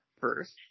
first